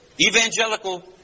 evangelical